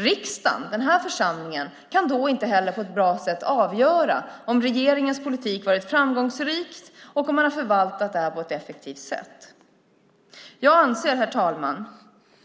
Riksdagen, den här församlingen, kan då inte heller på ett bra sätt avgöra om regeringens politik varit framgångsrik och om man har förvaltat det här på ett effektivt sätt. Jag anser, herr talman,